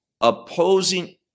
opposing